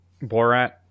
Borat